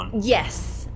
Yes